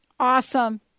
Awesome